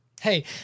Hey